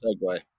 segue